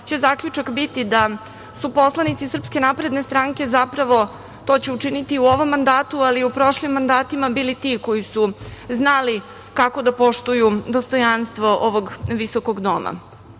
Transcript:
će zaključak biti da su poslanici SNS, zapravo to će učiniti u ovom mandatu, ali i u prošlim mandatima, bili ti koji su znali kako da poštuju dostojanstvo ovog Visokog